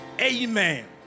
Amen